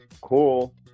cool